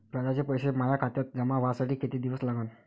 व्याजाचे पैसे माया खात्यात जमा व्हासाठी कितीक दिवस लागन?